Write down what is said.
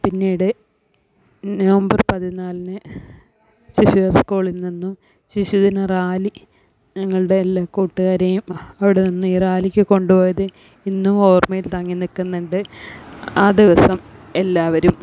പിന്നീട് നവംബർ പതിനാലിന് ശിശുവിഹാര് സ്കൂളില് നിന്നും ശിശുദിന റാലി ഞങ്ങളുടെ എല്ലാം കൂട്ടുകാരെയും അവിടെ നിന്ന് ഈ റാലിക്ക് കൊണ്ട് പോയത് ഇന്നും ഓര്മ്മയില് തങ്ങി നിൽക്കുന്നുണ്ട് ആ ദിവസം എല്ലാവരും